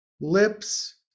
lips